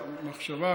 המחשבה,